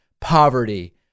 poverty